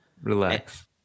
Relax